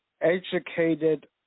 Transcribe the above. educated